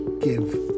give